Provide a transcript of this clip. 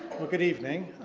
well, good evening.